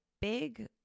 big